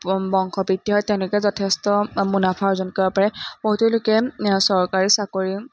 বংশ বৃদ্ধি হয় তেওঁলোকে যথেষ্ট মুনাফা অৰ্জন কৰিব পাৰে বহুতো লোকে চৰকাৰী চাকৰি